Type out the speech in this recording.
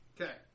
Okay